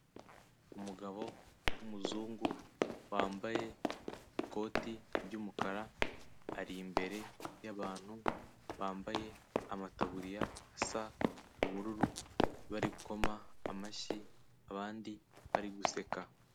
Umugabo w'umuzungu, wambaye ikoti ry'umukara, ari imbere y'abantu bambaye amataburiya asa ubururu, bari gukoma amashyi, abandi bari guseka.